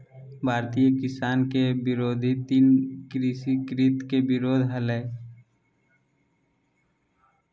भारतीय किसान के विरोध तीन कृषि कृत्य के विरोध हलय